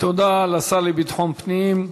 תודה לשר לביטחון פנים,